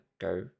go